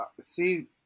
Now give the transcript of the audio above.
see